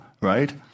right